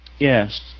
Yes